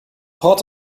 port